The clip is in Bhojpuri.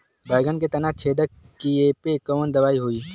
बैगन के तना छेदक कियेपे कवन दवाई होई?